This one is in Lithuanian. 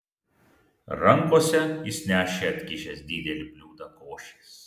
rankose jis nešė atkišęs didelį bliūdą košės